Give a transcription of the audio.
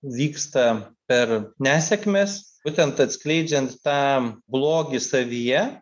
vyksta per nesėkmes būtent atskleidžiant tą blogį savyje